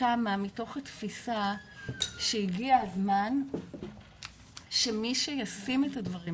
קמה מתוך התפיסה שהגיע הזמן שמי שישים את הדברים